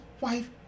wife